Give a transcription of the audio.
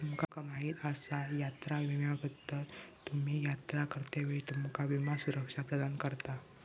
तुमका माहीत आसा यात्रा विम्याबद्दल?, तुम्ही यात्रा करतेवेळी तुमका विमा सुरक्षा प्रदान करता